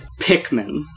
Pikmin